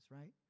right